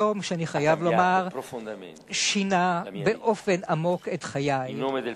יום שאני חייב לומר ששינה באופן עמוק את חיי.